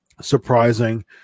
surprising